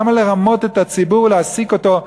למה לרמות את הציבור, להעסיק אותו?